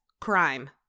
Crime